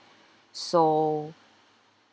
so